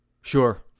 Sure